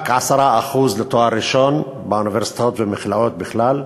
רק 10% מהסטודנטים לתואר ראשון באוניברסיטאות ובמכללות בכלל,